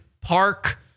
Park